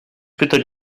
pytań